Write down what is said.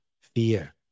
fear